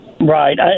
right